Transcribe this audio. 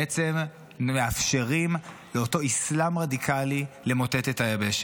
בעצם מאפשרים לאותו אסלאם רדיקלי למוטט את היבשת.